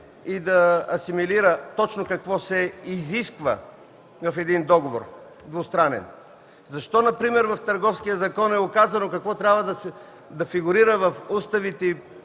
и да асимилира точно какво се изисква в един двустранен договор. Защо например в Търговския закон е указано какво трябва да фигурира в уставите